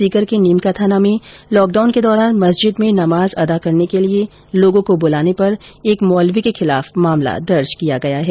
सीकर के नीम का थाना में लॉकडाउन के दौरान मस्जिद में नमाज अदा करने के लिए लोगों को बुलाने पर एक मोलवी के खिलाफ मामला दर्ज किया गया है